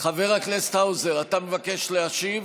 אתה מבקש להשיב?